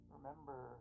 Remember